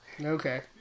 Okay